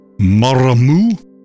maramu